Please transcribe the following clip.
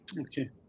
Okay